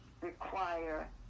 require